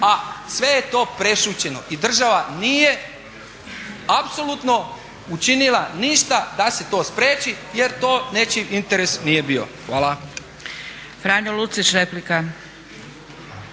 a sve je to prešućeno i država nije apsolutno učinila ništa da se to spriječi jer to nečiji interes nije bio. Hvala.